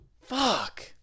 Fuck